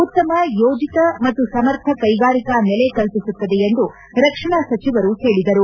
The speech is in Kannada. ಉತ್ತಮ ಯೋಜಿತ ಮತ್ತು ಸಮರ್ಥ ಕೈಗಾರಿಕಾ ನೆಲೆ ಕಲ್ಪಿಸುತ್ತದೆ ಎಂದು ರಕ್ಷಣಾ ಸಚಿವರು ಹೇಳಿದರು